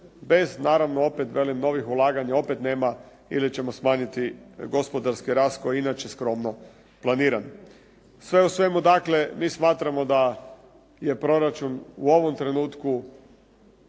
bez naravno opet velim novih ulaganja, opet nema ili ćemo smanjiti gospodarski rast koji je inače skromno planiran. Sve u svemu dakle mi smatramo da je proračun u ovom trenutku